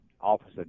Officer